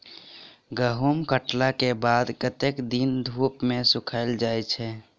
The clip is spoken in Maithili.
गहूम कटला केँ बाद कत्ते दिन धूप मे सूखैल जाय छै?